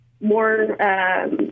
more